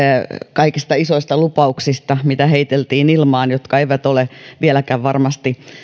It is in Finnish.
kaikista isoista lupauksista mitä heiteltiin ilmaan mitkä eivät ole vieläkään varmasti